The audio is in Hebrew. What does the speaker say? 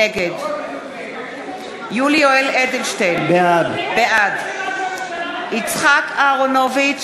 נגד יולי יואל אדלשטיין, בעד יצחק אהרונוביץ,